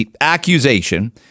accusation